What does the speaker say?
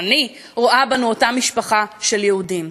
אני רואה בנו אותה משפחה של יהודים.